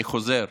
אני חוזר: